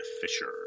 Fisher